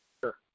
Sure